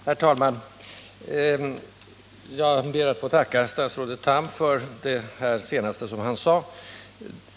Herr talman! Jag ber att få tacka statsrådet Tham för hans senaste inlägg.